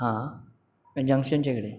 हां जंक्शनकडे